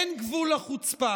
אין גבול לחוצפה.